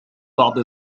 بعض